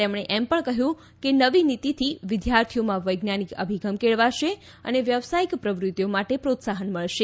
તેમણે એમ પણ કહ્યું કે નવી નીતિથી વિદ્યાર્થીઓમાં વૈજ્ઞાનિક અભિગમ કેળવાશે અને વ્યવસાયિક પ્રવૃત્તિઓ માટે પ્રોત્સાહન મળશે